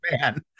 man